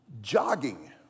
Jogging